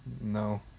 no